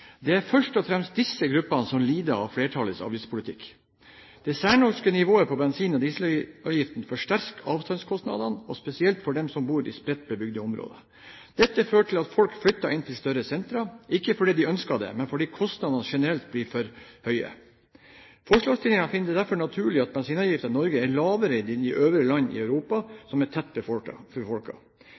Det er først og fremst disse gruppene som lider av flertallets avgiftspolitikk. Det særnorske nivået på bensin- og dieselavgiftene forsterker avstandskostnadene, og spesielt for dem som bor i spredt bebygde områder. Dette fører til at folk flytter inn til større sentre, ikke fordi de ønsker det, men fordi kostnadene generelt blir for høye. Forslagsstillerne finner det derfor naturlig at bensinavgiften i Norge er lavere enn i de øvrige landene i Europa som er tett